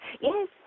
Yes